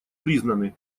признаны